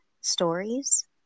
stories